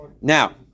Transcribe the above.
Now